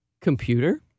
Computer